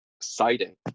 exciting